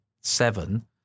seven